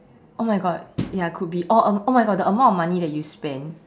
oh my God ya could be or uh oh my God the amount of money that you spend